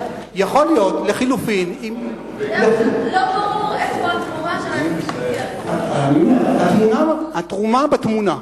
לא ברור איפה התרומה שלהם, התרומה בתמונה.